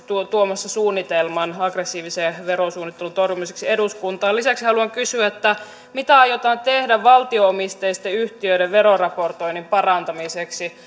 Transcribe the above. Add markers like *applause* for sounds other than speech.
tuomassa eduskuntaan suunnitelman aggressiivisen verosuunnittelun torjumiseksi lisäksi haluan kysyä mitä aiotaan tehdä valtio omisteisten yhtiöiden veroraportoinnin parantamiseksi *unintelligible*